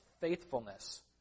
faithfulness